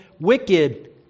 wicked